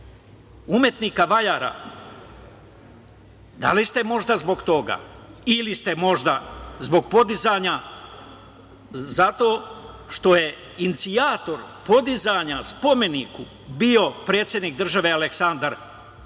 umetnika, vajara? Da li ste možda zbog toga ili ste možda zbog podizanja, zato što je inicijator podizanja spomenika bio predsednik države Aleksandar Vučić?